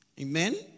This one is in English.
Amen